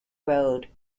road